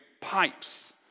pipes